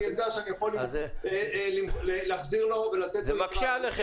אז אני יכול להחזיר לו ולתת לו יתרה --- זה מקשה עליכם.